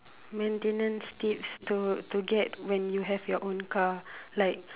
maintenance tips to to get when you get your own car like